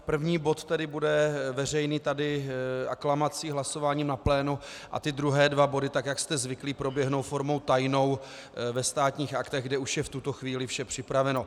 První bod bude veřejný, aklamací, hlasováním na plénu, a druhé dva body, tak jak jste zvyklí, proběhnou formou tajnou ve Státních aktech, kde už je v tuto chvíli vše připraveno.